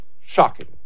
shocking